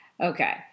okay